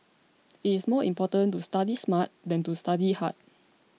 it is more important to study smart than to study hard